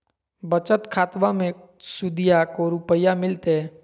बचत खाताबा मे सुदीया को रूपया मिलते?